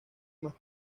más